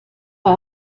war